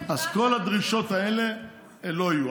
אז כל הדרישות האלה לא יהיו,